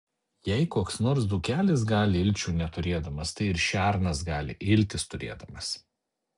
jei koks nors dzūkelis gali ilčių neturėdamas tai ir šernas gali iltis turėdamas